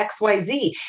xyz